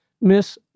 Miss